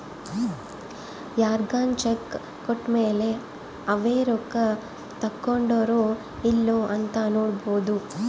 ಯಾರ್ಗನ ಚೆಕ್ ಕೋಟ್ಮೇಲೇ ಅವೆ ರೊಕ್ಕ ತಕ್ಕೊಂಡಾರೊ ಇಲ್ಲೊ ಅಂತ ನೋಡೋದು